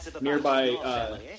nearby